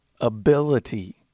ability